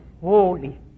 holy